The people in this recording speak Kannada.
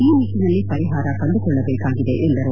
ಈ ನಿಟ್ಟಿನಲ್ಲಿ ಪರಿಹಾರ ಕಂಡುಕೊಳ್ಳಬೇಕಾಗಿದೆ ಎಂದರು